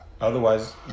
Otherwise